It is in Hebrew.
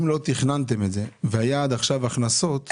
אם לא תכננתם את זה, ועד עכשיו היו הכנסות,